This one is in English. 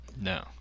No